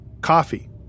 coffee